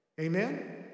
Amen